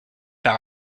par